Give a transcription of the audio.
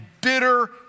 bitter